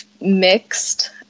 mixed